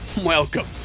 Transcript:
Welcome